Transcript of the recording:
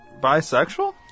bisexual